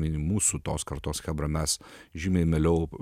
mūsų tos kartos chebra mes žymiai mieliau